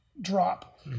drop